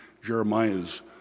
Jeremiah's